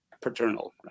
paternal